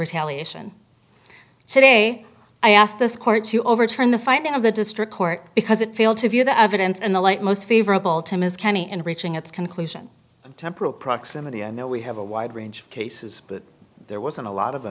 retaliation today i asked this court to overturn the finding of the district court because it failed to view the evidence and the light most favorable to ms kenney and reaching its conclusion temporal proximity i know we have a wide range of cases but there wasn't a lot of